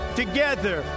together